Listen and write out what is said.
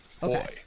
Boy